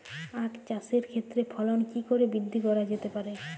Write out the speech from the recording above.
আক চাষের ক্ষেত্রে ফলন কি করে বৃদ্ধি করা যেতে পারে?